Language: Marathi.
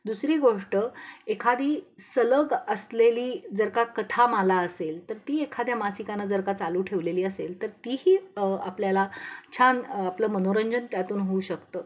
दुसरी गोष्ट एखादी सलग असलेली जर का कथामाला असेल तर ती एखाद्या मासिकानं जर का चालू ठेवलेली असेल तर तीही आपल्याला छान आपलं मनोरंजन त्यातून होऊ शकतं